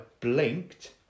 blinked